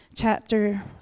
chapter